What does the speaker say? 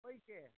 ओहिके